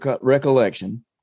recollection